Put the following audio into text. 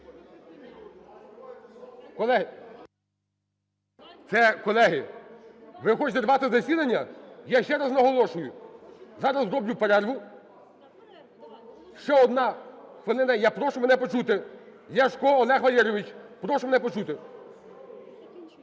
колеги, ви хочете зірвати засідання? Я ще раз наголошую, зараз зроблю перерву. Ще одна хвилина, і я прошу мене почути. Ляшко Олег Валерійович, прошу мене почути!